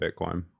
Bitcoin